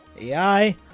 ai